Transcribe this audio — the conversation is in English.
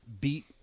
beat